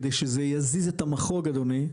כדי שזה יזיז את המחוג אדוני,